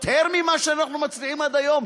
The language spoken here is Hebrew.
יותר ממה שאנחנו מצליחים עד היום,